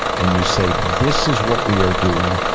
and you say, this is what we are doing.